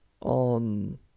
on